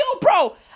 bro